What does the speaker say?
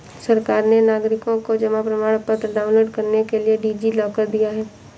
सरकार ने नागरिकों को जमा प्रमाण पत्र डाउनलोड करने के लिए डी.जी लॉकर दिया है